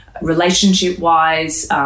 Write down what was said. relationship-wise